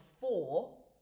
four